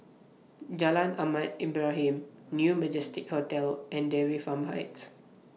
Jalan Ahmad Ibrahim New Majestic Hotel and Dairy Farm Heights